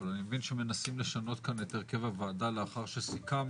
אבל אני מבין שמנסים לשנות כאן את הרכב הוועדה לאחר שסיכמנו